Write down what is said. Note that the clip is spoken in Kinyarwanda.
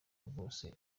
rwose